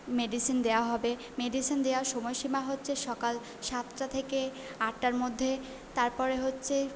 medicine দেওয়া হবে medicine দেওয়ার সময়সীমা হচ্ছে সকাল সাতটা থেকে আটটার মধ্যে তারপরে হচ্ছে